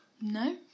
No